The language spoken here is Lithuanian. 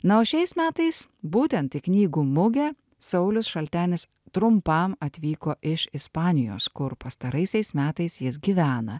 na o šiais metais būtent į knygų mugę saulius šaltenis trumpam atvyko iš ispanijos kur pastaraisiais metais jis gyvena